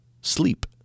sleep